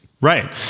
Right